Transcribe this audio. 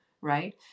right